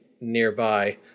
nearby